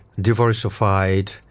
diversified